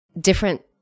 different